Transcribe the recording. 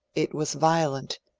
it was violent,